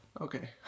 okay